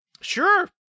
Sure